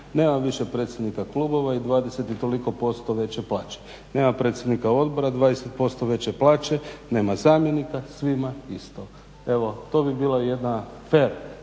Nema više predsjednika klubova i 20 i toliko posto veće plaće. Nema predsjednika odbora, 20% veće plaće. Nema zamjenika, svima isto. Evo to bi bila jedan fer